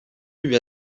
lui